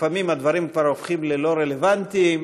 לפעמים הדברים הופכים כבר ללא רלוונטיים,